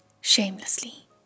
shamelessly